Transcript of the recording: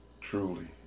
truly